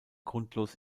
grundlos